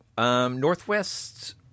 Northwest